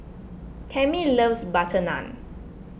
Tammy loves Butter Naan